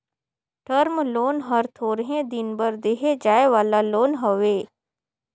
term loan हर थोरहें दिन बर देहे जाए वाला लोन हवे